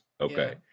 Okay